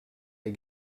est